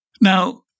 Now